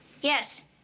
Yes